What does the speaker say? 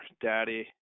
daddy